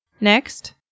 Next